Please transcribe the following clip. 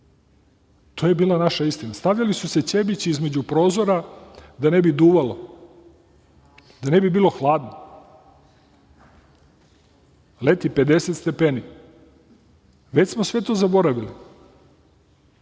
To je bila naša istina. Stavljali su se ćebići između prozora da ne bi duvalo, da ne bi bilo hladno. Leti 50 stepeni. Već smo sve to zaboravili,